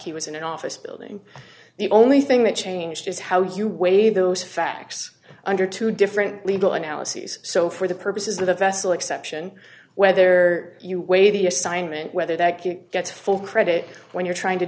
he was in an office building the only thing that changed is how you weigh those facts under two different legal analyses so for the purposes of the vessel exception whether you weigh the assignment whether that gets full credit when you're trying to